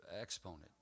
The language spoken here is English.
exponent